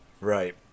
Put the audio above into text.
Right